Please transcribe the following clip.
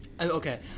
Okay